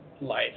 life